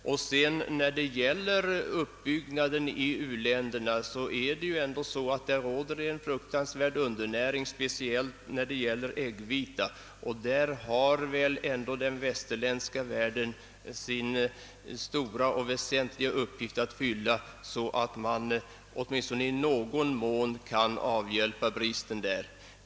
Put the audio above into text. Det råder en fruktansvärd undernäring i u-länderna; speciellt i fråga om äggviteämnen. Den västerländska världen har en stor och väsentlig uppgift att fylla när det gäller att avhjälpa den bristen.